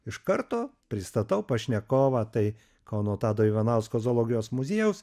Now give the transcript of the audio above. iš karto pristatau pašnekovą tai kauno tado ivanausko zoologijos muziejaus